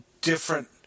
different